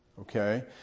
Okay